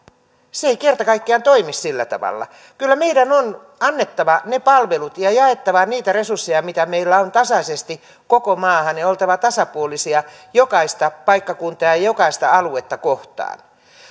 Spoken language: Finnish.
se ei kerta kaikkiaan toimi sillä tavalla kyllä meidän on annettava ne palvelut ja jaettava niitä resursseja mitä meillä on tasaisesti koko maahan ja oltava tasapuolisia jokaista paikkakuntaa ja jokaista aluetta kohtaan